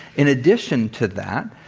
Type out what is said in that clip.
in addition to that,